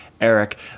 Eric